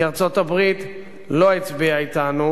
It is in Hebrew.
כי ארצות-הברית לא הצביעה אתנו,